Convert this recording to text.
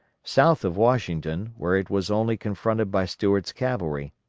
south of washington, where it was only confronted by stuart's cavalry,